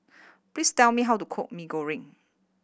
please tell me how to cook Mee Goreng